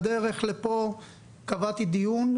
בדרך לפה קבעתי דיון,